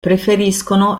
preferiscono